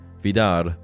Vidar